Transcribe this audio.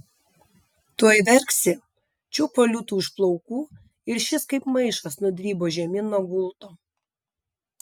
tuoj verksi čiupo liūtui už plaukų ir šis kaip maišas nudribo žemyn nuo gulto